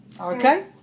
Okay